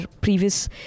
previous